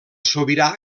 sobirà